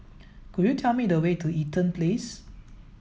could you tell me the way to Eaton Place